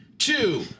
Two